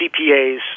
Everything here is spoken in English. CPAs